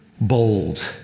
bold